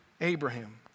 Abraham